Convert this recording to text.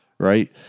right